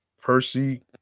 Percy